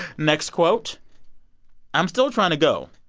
next quote i'm still trying to go.